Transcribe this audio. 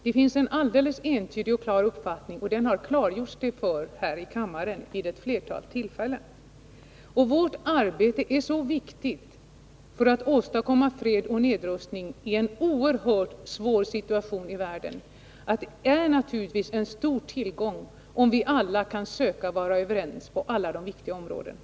Det finns en alldeles entydig och klar uppfattning, som vi har redogjort för här i kammaren vid flera tillfällen. Vårt arbete för att åstadkomma fred och nedrustning i en oerhört svår situation i världen är så viktigt att det naturligtvis är en stor tillgång, om vi alla kan vara överens på alla de viktiga områdena.